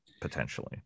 potentially